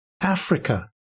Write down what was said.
africa